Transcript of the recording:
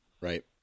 Right